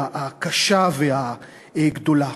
הקשה והגדולה.